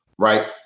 right